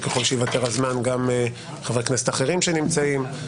וככל שייוותר הזמן גם חברי כנסת אחרים שנמצאים,